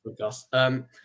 podcast